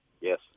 Yes